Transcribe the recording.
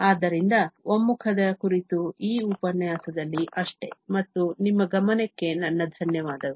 ಆದ್ದರಿಂದ ಒಮ್ಮುಖದ ಕುರಿತು ಈ ಉಪನ್ಯಾಸದಲ್ಲಿ ಅಷ್ಟೆ ಮತ್ತು ನಿಮ್ಮ ಗಮನಕ್ಕೆ ನನ್ನ ಧನ್ಯವಾದಗಳು